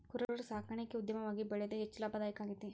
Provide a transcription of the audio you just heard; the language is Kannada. ಕುರರ ಸಾಕಾಣಿಕೆ ಉದ್ಯಮವಾಗಿ ಬೆಳದು ಹೆಚ್ಚ ಲಾಭದಾಯಕಾ ಆಗೇತಿ